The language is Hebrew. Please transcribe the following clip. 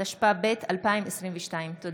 התשפ"ב 2022. תודה.